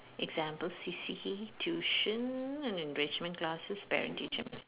example C_C_A tuition and enrichment classes parent teacher